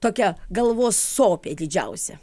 tokia galvos sopė didžiausia